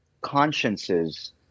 consciences